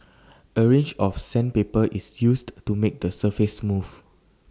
A range of sandpaper is used to make the surface smooth